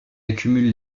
accumule